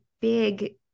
big